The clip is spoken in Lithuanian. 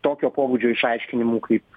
tokio pobūdžio išaiškinimų kaip